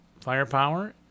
firepower